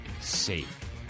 safe